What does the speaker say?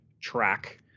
track